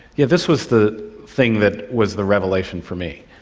yeah this was the thing that was the revelation for me.